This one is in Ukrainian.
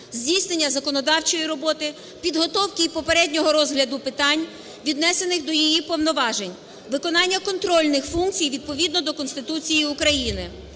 здійснення законодавчої роботи, підготовки і попереднього розгляду питань, віднесених до її повноважень, виконання контрольних функцій відповідно до Конституції України.